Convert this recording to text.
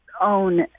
own